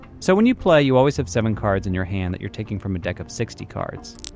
so when you play, you always have seven cards in your hand that you're taking from a deck of sixty cards.